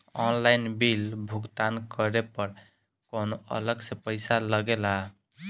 Online bill भुगतान करे पर कौनो अलग से पईसा लगेला?